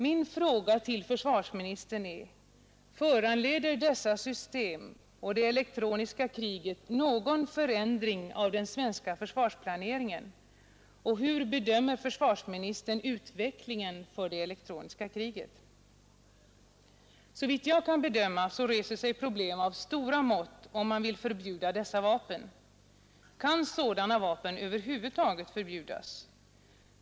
Min fråga till försvarsministern är: Föranleder dessa system och det elektroniska kriget någon förändring av den svenska försvarsplaneringen? Hur bedömer försvarsministern utvecklingen för det elektroniska kriget? Såvitt jag kan bedöma reser sig problem av stora mått om man vill förbjuda dessa vapen. Kan sådana vapen över huvud taget förbjudas?